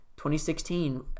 2016